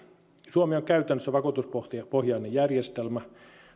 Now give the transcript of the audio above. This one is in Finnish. on käytännössä vakuutuspohjainen järjestelmä